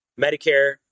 Medicare